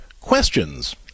questions